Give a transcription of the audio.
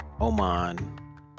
Oman